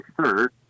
third